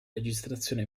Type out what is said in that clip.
registrazione